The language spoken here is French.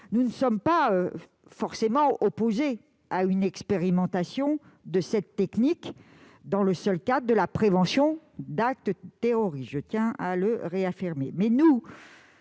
Nous ne sommes pas forcément opposés à l'expérimentation de cette technique dans le seul cadre de la prévention d'actes terroristes. En revanche,